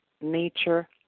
nature